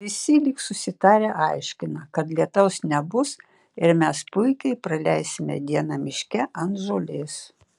visi lyg susitarę aiškina kad lietaus nebus ir mes puikiai praleisime dieną miške ant žolės